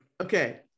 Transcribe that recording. okay